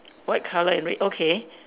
white color and red okay